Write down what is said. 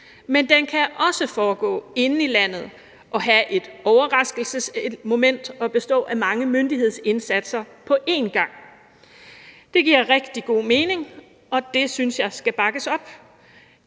men den kan også foregå inde i landet og have et overraskelsesmoment og bestå af mange myndighedsindsatser på en gang. Det giver rigtig god mening, og det synes jeg skal bakkes op.